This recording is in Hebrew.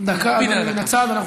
דקה מן הצד.